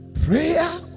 prayer